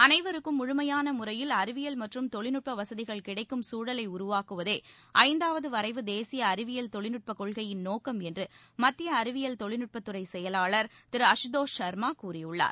அனைவருக்கும் முழுமையான முறையில் அறிவியல் மற்றும் தொழில்நுட்ப வசதிகள் கிடைக்கும் சூழலை உருவாக்குவதே ஐந்தாவது வரைவு தேசிய அறிவியல் தொழில்நட்ப கொள்கையின் நோக்கம் என்று மத்திய அறிவியல் தொழில்நுட்பத்துறை செயலாளர் திரு அசுதோஷ் சர்மா கூறியுள்ளார்